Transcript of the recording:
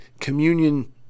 communion